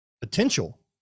potential